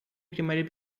primeira